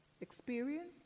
experience